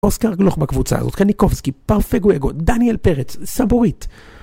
אוסקר גלוך בקבוצה הזאת, קניקובסקי, פרפגו אגוד, דניאל פרץ, סבורית.